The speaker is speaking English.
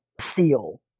seal